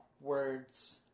words